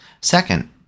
Second